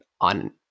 on